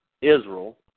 Israel